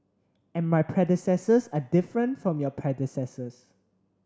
and my predecessors are different from your predecessors